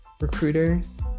recruiters